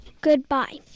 Goodbye